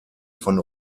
von